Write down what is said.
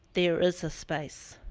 there is a space.